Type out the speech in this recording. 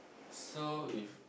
so if